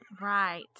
Right